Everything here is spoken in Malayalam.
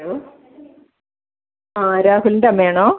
ഹലോ ആരാണ് എന്ത് വേണം